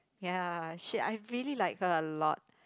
ya she I really like her a lot